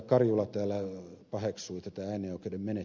karjula täällä paheksuitetään jo kymmenen